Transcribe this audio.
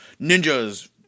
ninjas